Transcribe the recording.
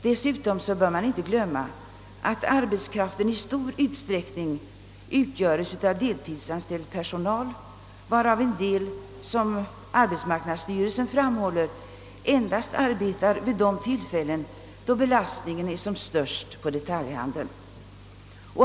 Dessutom bör man inte glömma att arbetskraften i stor utsträckning utgöres av deltidsanställd personal, varav en del, som arbetsmarknadsstyrelsen framhåller, endast arbetar vid de tillfällen då belastningen är som störst inom detaljhandeln.